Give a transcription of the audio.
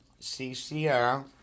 CCR